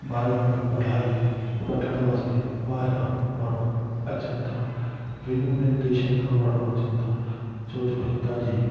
भारत में पढ़ाई वठणु वास्ते ॿाहिरा माण्हू अचनि था भिन भिन देशनि खां माण्हू अचनि था छोजो हितां जी